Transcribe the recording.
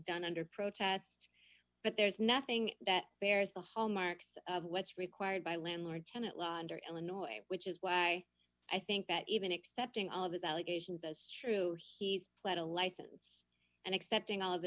done under protest but there's nothing that bears the hallmarks of what's required by landlord tenant law under illinois which is why i think that even accepting all of his allegations as true he's played a license and accepting all of th